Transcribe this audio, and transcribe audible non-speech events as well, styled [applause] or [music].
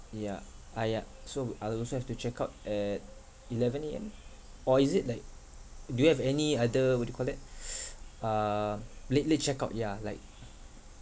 yeah ah ya so I'll also have to check out at eleven A_M or is it like do you have any other what do you call that [noise] uh late late check out yeah like